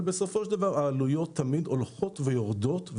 אבל בסופו של דבר העלויות תמיד הולכות ויורדות,